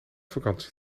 vakantie